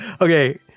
okay